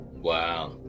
Wow